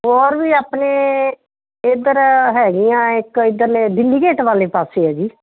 ਹੋਰ ਵੀ ਆਪਣੇ ਇੱਧਰ ਹੈਗੀਆ ਇੱਕ ਇਧਰਲੇ ਦਿੱਲੀ ਗੇਟ ਵਾਲੇ ਪਾਸੇ ਆ ਜੀ